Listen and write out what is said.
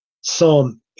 Psalm